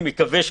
אני מקווה שלא.